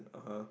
(uh huh)